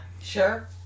Sure